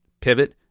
pivot